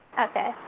Okay